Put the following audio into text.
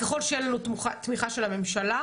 ככל שיהיה לנו תמיכה של הממשלה,